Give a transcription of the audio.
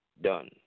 done